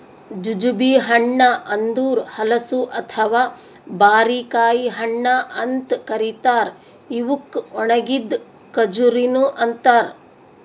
jujube ಹಣ್ಣ ಅಂದುರ್ ಹಲಸು ಅಥವಾ ಬಾರಿಕಾಯಿ ಹಣ್ಣ ಅಂತ್ ಕರಿತಾರ್ ಇವುಕ್ ಒಣಗಿದ್ ಖಜುರಿನು ಅಂತಾರ